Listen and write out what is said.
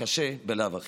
הקשה בלאו הכי.